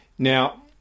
Now